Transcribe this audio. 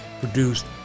Produced